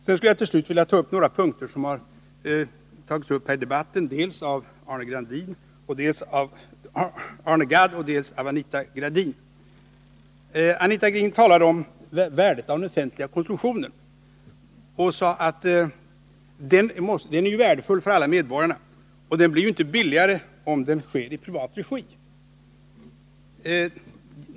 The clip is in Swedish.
Till slut skulle jag vilja ta upp några punkter som har berörts här i debatten dels av Arne Gadd, dels av Anita Gradin. Anita Gradin talade om värdet av den offentliga konsumtionen. Den är värdefull för alla medborgare, sade hon, och den blir inte billigare om den sker i privat regi.